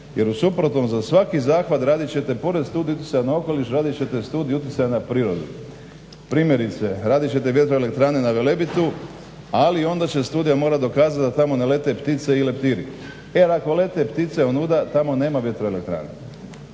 jer u suprotnom za svaki zahvat radit ćete pored Studije utjecaja na okoliš radit ćete Studiju utjecaja na prirodu. Primjerice, radit će vjetroelektrane na Velebitu, ali onda će studija morat dokazat da tamo ne lete ptice i leptiri jer ako lete ptice onuda tamo nema vjetroelektrane